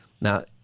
Now